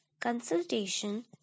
consultation